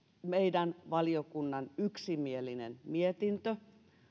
meidän valiokunnan yksimielinen mietintö